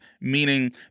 meaning